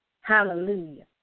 Hallelujah